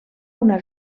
una